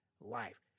life